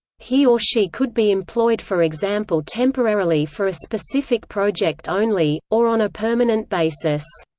he or she could be employed for example temporarily for a specific project only, or on a permanent basis.